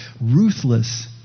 ruthless